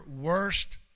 worst